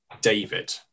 David